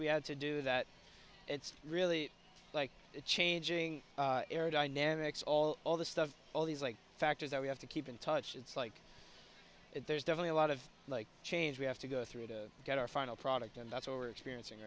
we had to do that it's really like changing aerodynamics all all the stuff all these like factors that we have to keep in touch it's like there's definitely a lot of like change we have to go through to get our final product and that's over experiencing